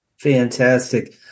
Fantastic